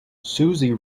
suzy